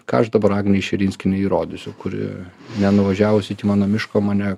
ką aš dabar agnei širinskienei įrodysiu kuri nenuvažiavus iki mano miško mane